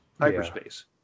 hyperspace